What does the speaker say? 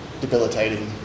debilitating